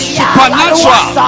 supernatural